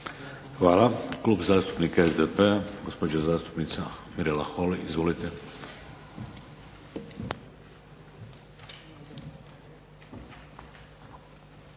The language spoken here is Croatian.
Hvala. Klub zastupnika SDP-a gospođa zastupnica MIrela HOly. Izvolite. **Holy,